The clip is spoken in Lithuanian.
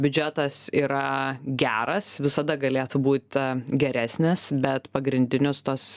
biudžetas yra geras visada galėtų būti geresnis bet pagrindinius tuos